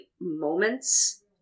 moments